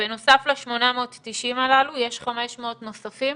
ובנוסף ל-890 הללו יש 500 נוספים?